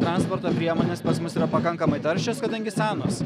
transporto priemonės pas mus yra pakankamai taršios kadangi senos